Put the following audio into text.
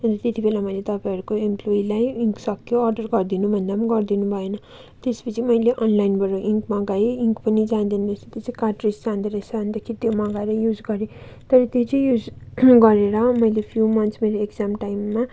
त्यति बेला मैले तपाईँहरूको इम्प्लोइलाई इन्क सक्यो अर्डर गरिदिनु भन्दा गरिदिनु भएन त्यस पछि मैले अनलाइनबाट इन्क मगाए इन्क पनि जाँदैन त्यो चाहिँ कार्टरिज जाँदोरहेछ अन्त त्यो मगाएर युज गरेँं तर त्यो चाहिँ युज गरेर मैले फ्यु मन्थ्स् मेरो एक्जाम टाइममा